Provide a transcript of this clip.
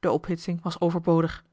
de ophitsing was overbodig